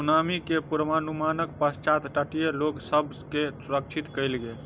tsunami के पुर्वनुमानक पश्चात तटीय लोक सभ के सुरक्षित कयल गेल